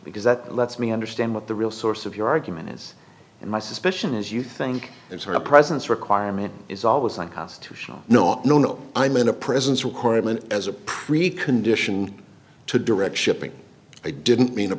because that lets me understand what the real source of your argument is and my suspicion is you think there's a presence requirement is always unconstitutional no no no i'm in a presence requirement as a precondition to direct shipping i didn't mean